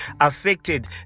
affected